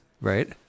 Right